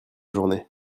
journée